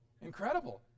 Incredible